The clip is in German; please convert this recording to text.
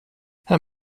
herr